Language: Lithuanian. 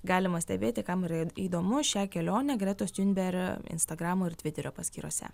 galima stebėti kam yra įdomu šią kelionę gretos tiunber instagramo ir tviterio paskyrose